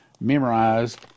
memorized